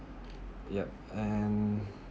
yup and